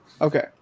Okay